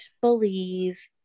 believe